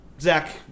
Zach